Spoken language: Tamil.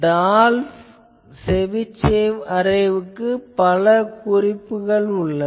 டால்ப் செபிஷேவ் அரேவுக்கு பல குறிப்புகள் உள்ளன